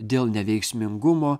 dėl neveiksmingumo